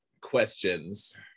questions